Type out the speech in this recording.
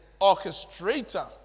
orchestrator